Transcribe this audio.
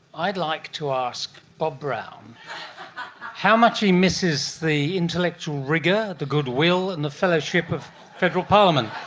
i'd like to ask bob brown how much he misses the intellectual rigour, the goodwill and the fellowship of federal parliament.